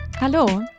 Hallo